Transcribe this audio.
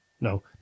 No